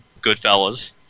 Goodfellas